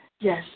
Yes